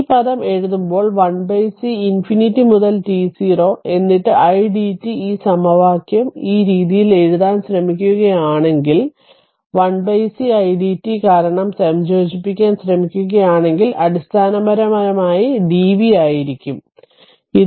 ഈ പദം എഴുതുമ്പോൾ 1c infinity മുതൽ t0 എന്നിട്ട് idt ഈ സമവാക്യം ഈ രീതിയിൽ എഴുതാൻ ശ്രമിക്കുകയാണെങ്കിൽ 1c idt കാരണം സംയോജിപ്പിക്കാൻ ശ്രമിക്കുകയാണെങ്കിൽ അടിസ്ഥാനപരമായി ആയിരിക്കും dv